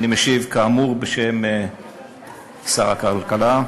אני משיב, כאמור, בשם שר הכלכלה.